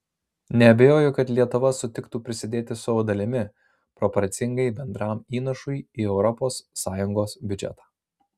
neabejoju kad lietuva sutiktų prisidėti savo dalimi proporcingai bendram įnašui į europos sąjungos biudžetą